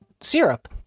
syrup